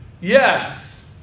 Yes